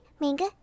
manga